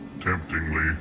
Temptingly